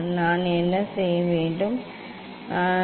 நான் என்ன செய்வேன் நான் செய்வேன்